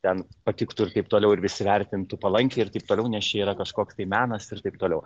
ten patiktų ir taip toliau ir visi vertintų palankiai ir taip toliau nes čia yra kažkoks tai menas ir taip toliau